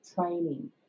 training